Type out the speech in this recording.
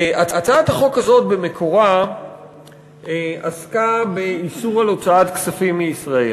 הצעת החוק הזאת במקורה עסקה באיסור על הוצאת כספים מישראל.